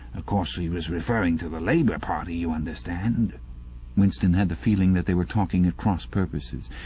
ah course e was referring to the labour party, you understand winston had the feeling that they were talking at cross-purposes.